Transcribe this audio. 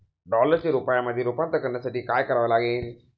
डॉलरचे रुपयामध्ये रूपांतर करण्यासाठी काय करावे लागेल?